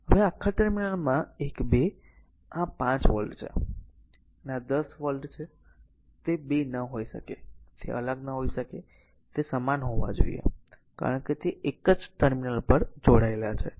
હવે આ આખા ટર્મિનલમાં 1 2 આ 5 વોલ્ટ છે અને આ 10 વોલ્ટ છે તે 2 ન હોઈ શકે તે અલગ ન હોઈ શકે તે સમાન હોવા જોઈએ કારણ કે તે એક જ ટર્મિનલ પર જોડાયેલા છે